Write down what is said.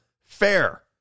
fair